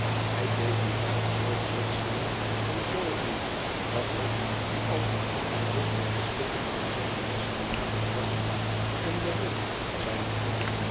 hij deed die vraag zoo plotseling en zoo ruw dat wegg die al dichter en dichter de slippen van zijne jas genaderd was en de rug zijner hand